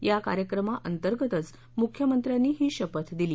या कार्यक्रमाअंतर्गतच मुख्यमंत्र्यांनी ही शपथ दिली